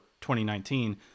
2019